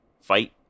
fight